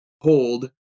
hold